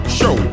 show